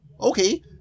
okay